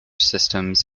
systems